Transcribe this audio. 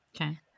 Okay